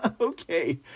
Okay